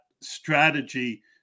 strategy